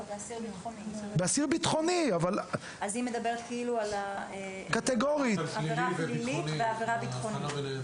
היא כאילו מדברת על העבירה הפלילית והעבירה הבטחונית.